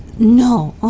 no.